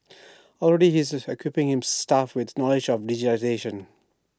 already he is equipping his staff with knowledge of digitisation